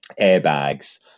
airbags